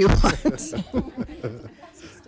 you